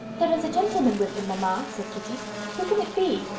there is a gentleman with him, mamma, said kitty who can it be?